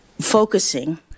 focusing